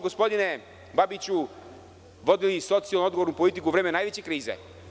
Gospodine Babiću, vodili smo socijalodgovornu politiku u vreme najveće krize.